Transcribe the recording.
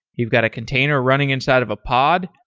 you've got a container running inside of a pod.